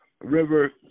River